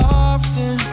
often